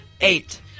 Eight